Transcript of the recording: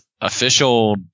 official